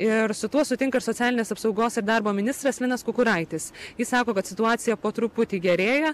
ir su tuo sutinka ir socialinės apsaugos ir darbo ministras linas kukuraitis jis sako kad situacija po truputį gerėja